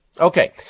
Okay